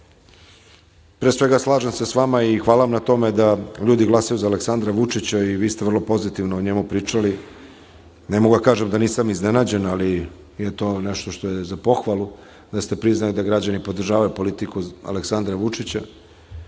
pre svega se slažem sa vama i hvala vam na tome da ljudi glasaju za Aleksandra Vučića i vi ste vrlo pozitivno o njemu pričali. Ne mogu da kažem da nisam iznenađen, ali je to nešto što je za pohvalu da ste priznali da građani podržavaju politiku Aleksandra Vučića. Sve